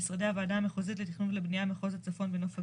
במשרדי הוועדה המחוזית לתכנון ובנייה מחוז הצפון ונוף הגליל,